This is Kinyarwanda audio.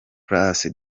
place